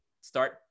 start